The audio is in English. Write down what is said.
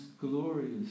glorious